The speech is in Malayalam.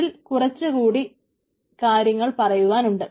ഇതിൽ കുറച്ചു കൂടി കാര്യങ്ങൾ പറയുവാൻ ഉണ്ട്